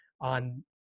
on